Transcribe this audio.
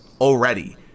already